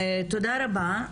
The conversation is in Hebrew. תודה רבה.